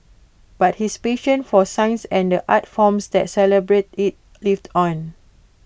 but his passion for science and the art forms that celebrate IT lived on